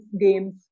games